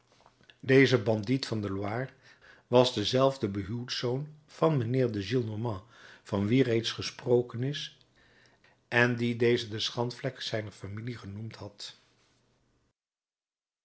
deze bandiet van de loire was dezelfde behuwdzoon van mijnheer de gillenormand van wien reeds gesproken is en dien deze de schandvlek zijner familie genoemd had